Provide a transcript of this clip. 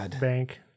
bank